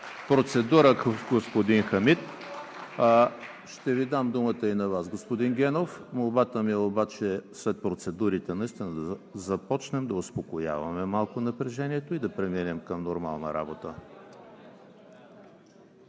Процедура – господин Хамид. Ще Ви дам думата и на Вас, господин Генов. Молбата ми е обаче след процедурите наистина да започнем да успокояваме малко напрежението и да преминем към нормална работа.